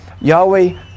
Yahweh